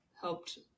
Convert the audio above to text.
helped